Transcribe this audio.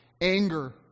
Anger